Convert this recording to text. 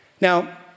Now